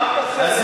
אל תתנשא עלינו.